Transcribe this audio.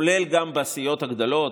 כולל בסיעות הגדולות.